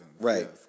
Right